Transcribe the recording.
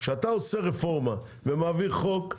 כשאתה עושה רפורמה ומעביר חוק,